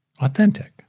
authentic